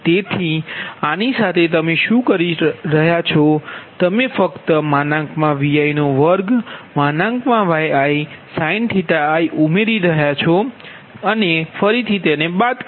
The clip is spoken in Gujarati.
તેથી આની સાથે તમે શું કરી રહ્યો છો તમે ફક્ત Vi2Yiisin⁡ ઉમેરો રહ્યા છો ફરી બાદVi2Yiisin⁡